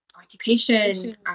occupation